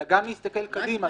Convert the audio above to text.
אלא גם להסתכל קדימה,